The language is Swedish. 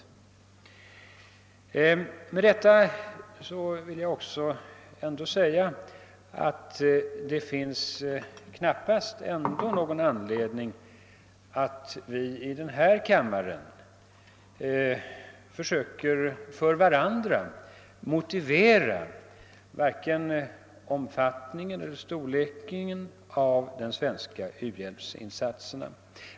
Med detta vill jag också säga att det knappas finns någon anledning att vi i den här kammaren försöker för varandra motivera vare sig omfattningen eller storleken av de svenska u-hjälpsinsatserna.